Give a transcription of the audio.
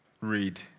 read